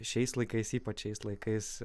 šiais laikais ypač šiais laikais